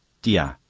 dia!